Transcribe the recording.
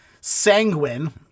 sanguine